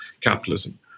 capitalism